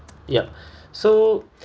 yup so